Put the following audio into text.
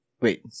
Wait